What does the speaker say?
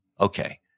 okay